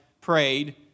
prayed